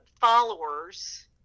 followers